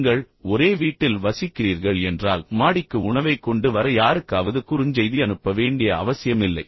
நீங்கள் ஒரே வீட்டில் வசிக்கிறீர்கள் என்றால் மாடிக்கு உணவைக் கொண்டு வர உங்கள் தாய் அல்லது யாருக்காவது குறுஞ்செய்தி அனுப்ப வேண்டிய அவசியமில்லை